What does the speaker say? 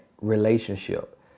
relationship